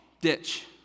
Ditch